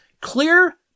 Clear